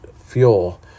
fuel